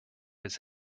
his